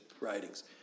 writings